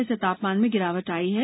इससे तापमान में गिरावट आई है